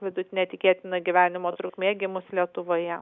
vidutinė tikėtina gyvenimo trukmė gimus lietuvoje